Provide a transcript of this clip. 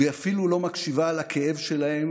והיא אפילו לא מקשיבה לכאב שלהם